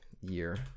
year